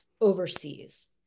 overseas